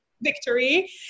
victory